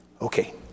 Okay